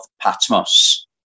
Patmos